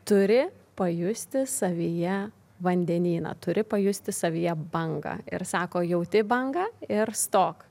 turi pajusti savyje vandenyną turi pajusti savyje bangą ir sako jauti bangą ir stok